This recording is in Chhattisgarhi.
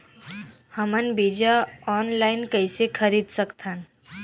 हमन बीजा ऑनलाइन कइसे खरीद सकथन?